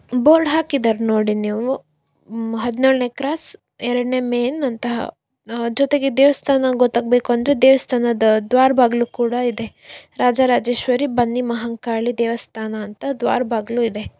board ಹಾಕಿದ್ದಾರೆ ನೋಡಿ ನೀವು ಹದಿನೇಳನೇ ಕ್ರಾಸ್ ಎರಡನೇ ಮೇನ್ ಅಂತ ಜೊತೆಗೆ ದೇವಸ್ಥಾನ ಗೊತ್ತಾಗಬೇಕು ಅಂದರೆ ದೇವಸ್ಥಾನದ ದ್ವಾರ ಬಾಗಿಲು ಕೂಡ ಇದೆ ರಾಜರಾಜೇಶ್ವರಿ ಬನ್ನಿ ಮಹಾಂಕಾಳಿ ದೇವಸ್ಥಾನ ಅಂತ ದ್ವಾರ ಬಾಗಿಲು ಇದೆ